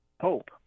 hope